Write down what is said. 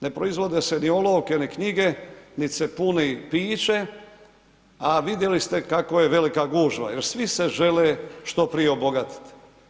Ne proizvode se ni olovke ni knjige nit se puni piće, a vidjeli ste kako je velika gužva jer svi se žele što prije obogatiti.